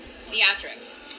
theatrics